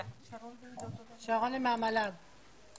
שרונה מהמל"ג.